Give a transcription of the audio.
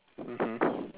mmhmm